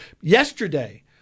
Yesterday